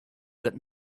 that